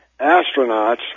astronauts